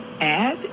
add